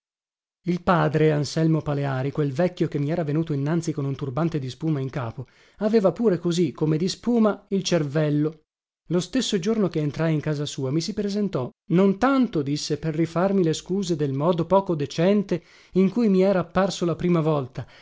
il padre anselmo paleari quel vecchio che mi era venuto innanzi con un turbante di spuma in capo aveva pure così come di spuma il cervello lo stesso giorno che entrai in casa sua mi si presentò non tanto disse per rifarmi le scuse del modo poco decente in cui mi era apparso la prima volta